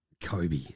Kobe